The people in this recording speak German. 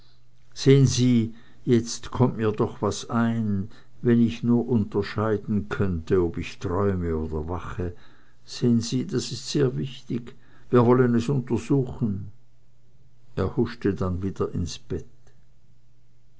sehn sie jetzt kommt mir doch was ein wenn ich nur unterscheiden könnte ob ich träume oder wache sehn sie das ist sehr wichtig wir wollen es untersuchen er huschte dann wieder ins bett